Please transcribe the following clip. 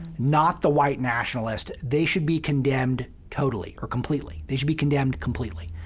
not the white nationalists they should be condemned totally or completely they should be condemned completely.